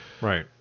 Right